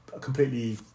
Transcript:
completely